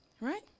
Right